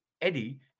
Eddie